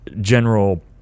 general